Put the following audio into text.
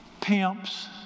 pimps